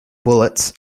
bullets